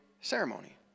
ceremony